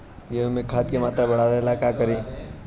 गेहूं में खाद के मात्रा बढ़ावेला का करी?